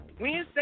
Wednesday